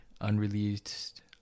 unreleased